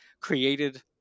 created